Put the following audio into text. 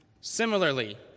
Similarly